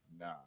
Nah